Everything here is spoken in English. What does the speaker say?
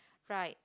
right